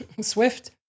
Swift